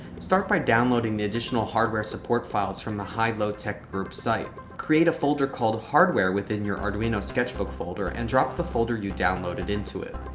start by downloading the additional hardware support files from the high-low tech group's site. site. create a folder called hardware within your arduino sketchbook folder and drop the folder you downloaded into it.